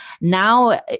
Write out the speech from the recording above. now